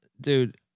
dude